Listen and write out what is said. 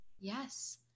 Yes